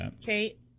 Kate